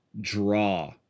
draw